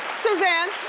susanne,